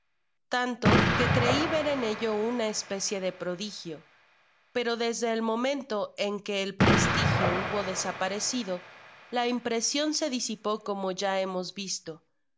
tanto que cre ver en ello una especie de prodigio pero desde el momento en que el prestigiobuho desaparecido la impresion sedi sipo como ya hemos visto